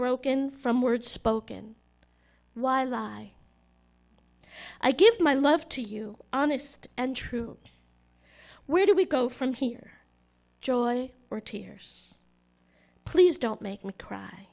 broken from words spoken why lie i give my love to you honest and true where do we go from here joy or tears please don't make me cry